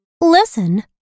Listen